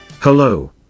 Hello